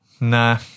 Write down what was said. Nah